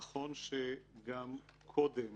נכון שגם כיום